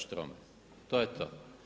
Štromar, to je to.